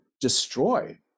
destroy